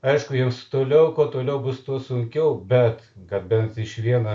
aišku jiems toliau kuo toliau bus tuo sunkiau bet gabens iš vieno